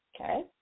Okay